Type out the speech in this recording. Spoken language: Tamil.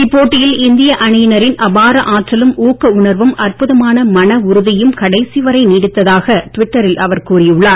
இப்போட்டியில் இந்திய அணியினரின் அபார ஆற்றலும் ஊக்க உணர்வும் அற்புதமான மன உறுதியும் கடைசி வரை நீடித்ததாக டுவிட்டரில் அவர் கூறியுள்ளார்